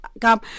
come